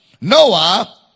noah